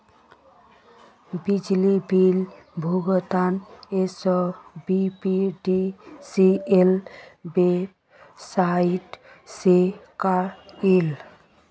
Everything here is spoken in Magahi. बिजली बिल भुगतान एसबीपीडीसीएल वेबसाइट से क्रॉइल